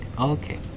Okay